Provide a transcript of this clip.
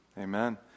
Amen